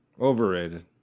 Overrated